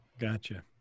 Gotcha